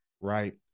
right